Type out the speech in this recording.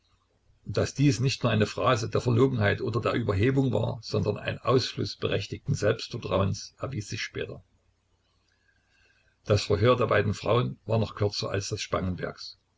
daß dies nicht nur eine phrase der verlogenheit oder der überhebung war sondern ein ausfluß berechtigten selbstvertrauens erwies sich später das verhör der beiden frauen war noch kürzer als das spangenbergs